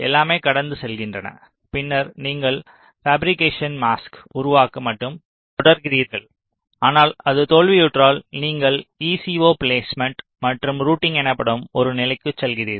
எல்லாமே கடந்து செல்கின்றன பின்னர் நீங்கள் பாபிரிகேஷன்க்கான மாஸ்க் உருவாக்க மட்டுமே தொடர்கிறீர்கள் ஆனால் அது தோல்வியுற்றால் நீங்கள் ECO பிலேஸ்மேன்ட் மற்றும் ரூட்டிங் எனப்படும் ஒரு நிலைக்குச் செல்கிறீர்கள்